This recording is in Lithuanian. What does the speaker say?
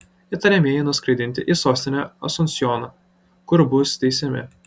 įtariamieji nuskraidinti į sostinę asunsjoną kur bus teisiami